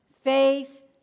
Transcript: faith